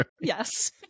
Yes